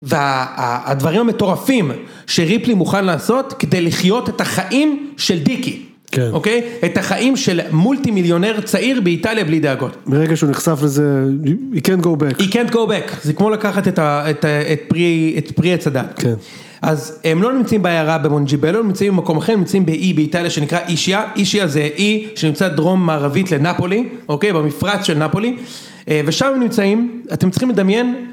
והדברים המטורפים שריפלי מוכן לעשות כדי לחיות את החיים של דיקי. כן. אוקיי? את החיים של מולטי מיליונר צעיר באיטליה בלי דאגות. מרגע שהוא נחשף לזה, he can't go back. he can't go back. זה כמו לקחת את פרי הצדף. כן. אז הם לא נמצאים בעיירה במונג'יבלו, הם נמצאים במקום אחר, הם נמצאים באי באיטליה שנקרא אישיה, אישיה זה אי שנמצא דרום מערבית לנפולי, אוקיי? במפרץ של נפולי, ושם הם נמצאים, אתם צריכים לדמיין.